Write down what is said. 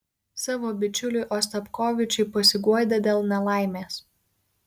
savo bičiuliui ostapkovičiui pasiguodė dėl nelaimės